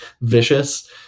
vicious